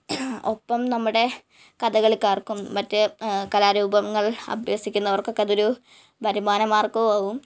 ഒപ്പം നമ്മുടെ കഥകളിക്കാര്ക്കും മറ്റ് കലാരൂപങ്ങള് അഭ്യസിക്കുന്നവര്ക്കൊക്കെ അതൊരു വരുമാനമാര്ഗ്ഗവുമാകും